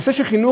נושא של חינוך,